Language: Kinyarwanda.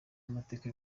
y’amateka